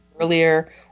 earlier